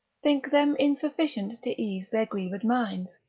think them insufficient to ease their grieved minds,